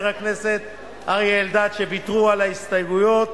הכנסת אריה אלדד שוויתרו על ההסתייגויות,